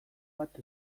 bat